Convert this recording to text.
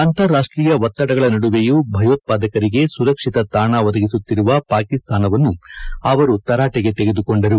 ಅಂತಾರಾಷ್ಟೀಯ ಒತ್ತಡಗಳ ನಡುವೆಯೂ ಭಯೋತ್ಪಾದಕರಿಗೆ ಸುರಕ್ಷಿತ ತಾಣ ಒದಗಿಸುತ್ತಿರುವ ಪಾಕಿಸ್ತಾನವನ್ನು ಅವರು ತರಾಟೆಗೆ ತೆಗೆದುಕೊಂಡರು